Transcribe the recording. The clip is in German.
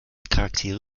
charaktere